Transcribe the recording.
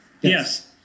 Yes